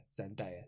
zendaya